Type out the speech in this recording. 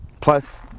Plus